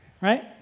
Right